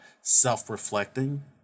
self-reflecting